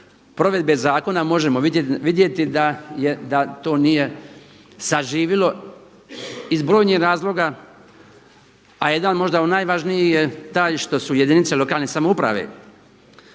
provedbe zakona možemo vidjeti da to nije zaživjelo iz brojnih razloga a jedan možda od najvažnijih je taj što su jedinice lokalne samouprave